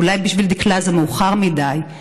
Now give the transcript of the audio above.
אולי בשביל דקלה זה מאוחר מדי,